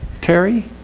Terry